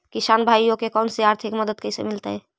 किसान भाइयोके कोन से आर्थिक मदत कैसे मीलतय?